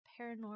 paranormal